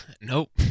Nope